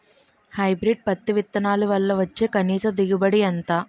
Hybrid పత్తి విత్తనాలు వల్ల వచ్చే కనీస దిగుబడి ఎంత?